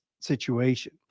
situation